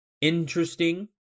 interesting